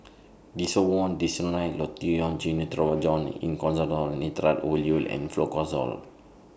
Desowen Desonide Lotion Gyno Travogen Isoconazole Nitrate Ovule and Fluconazole